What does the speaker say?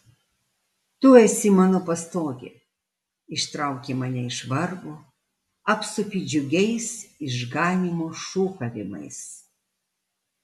tu esi mano pastogė ištrauki mane iš vargo apsupi džiugiais išganymo šūkavimais